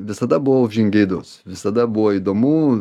visada buvau žingeidus visada buvo įdomu